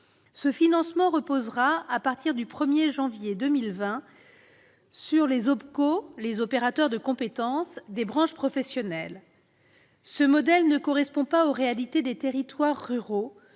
Ce financement reposera à partir du 1 janvier 2020 sur les OPCO, les opérateurs de compétences, des branches professionnelles. Ce modèle ne correspond pas aux réalités des territoires ruraux,